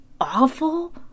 awful